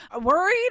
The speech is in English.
worried